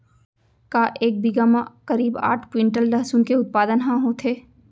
का एक बीघा म करीब आठ क्विंटल लहसुन के उत्पादन ह होथे?